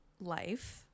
life